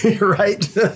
right